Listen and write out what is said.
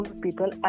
people